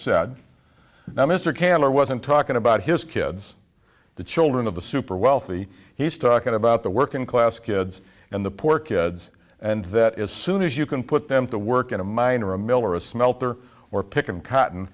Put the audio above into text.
now mr cantor wasn't talking about his kids the children of the super wealthy he's talking about the working class kids and the poor kids and that as soon as you can put them to work in a miner a mill or a smelter or picking cotton